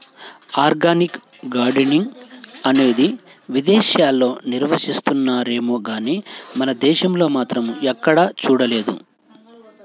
organic gardening అనేది విదేశాల్లో నిర్వహిస్తున్నారేమో గానీ మన దేశంలో మాత్రం ఎక్కడా చూడలేదు